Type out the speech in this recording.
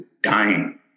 dying